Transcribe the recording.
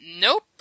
Nope